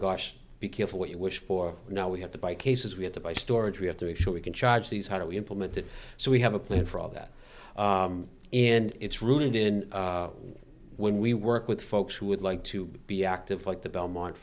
gosh be careful what you wish for you know we have to buy cases we have to buy storage we have to make sure we can charge these how do we implement that so we have a plan for all that and it's rooted in when we work with folks who would like to be active like the belmont